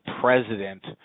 president